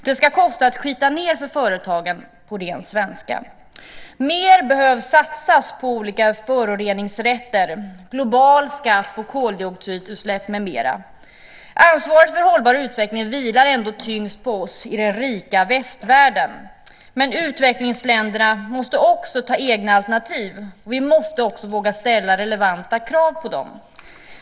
Det ska kosta för företagen att skita ned, på ren svenska. Mer behöver satsas på olika föroreningsrätter, global skatt på koldioxidutsläpp med mera. Ansvaret för hållbar utveckling vilar ändå tyngst på oss i den rika västvärlden, men utvecklingsländerna måste också ha egna alternativ. Vi måste också våga ställa relevanta krav på dem.